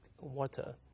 water